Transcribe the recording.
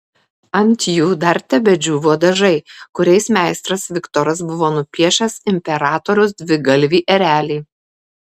ant jų dar tebedžiūvo dažai kuriais meistras viktoras buvo nupiešęs imperatoriaus dvigalvį erelį